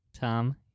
Tom